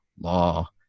law